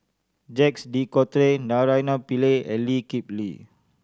Jacques De Coutre Naraina Pillai and Lee Kip Lee